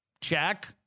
Check